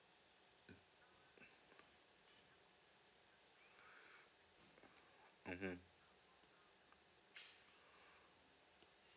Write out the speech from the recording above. mm mm